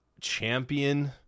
champion